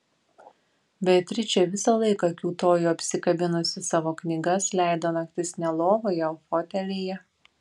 beatričė visą laiką kiūtojo apsikabinusi savo knygas leido naktis ne lovoje o fotelyje